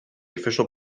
official